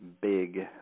big